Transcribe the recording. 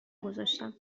گذاشتم